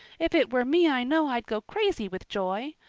if it were me i know i'd go crazy with joy.